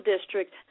district